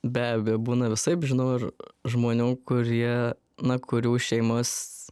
be abejo būna visaip žinau ir žmonių kurie na kurių šeimos